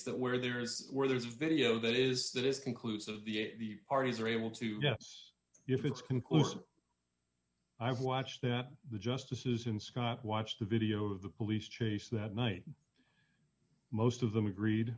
that where there is where there is video that is that is conclusive the parties are able to yes if it's conclusive i watched that the justices in scott watched the video of the police chase that night most of them agreed